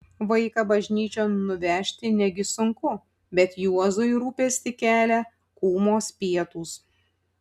vaiką bažnyčion nuvežti negi sunku bet juozui rūpestį kelia kūmos pietūs